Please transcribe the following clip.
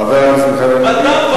חבר הכנסת מיכאל בן-ארי,